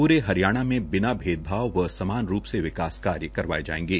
पूरे हरियाण में बिना भैदभाव व समान रुप से विकास कार्य करवाए जाएंगे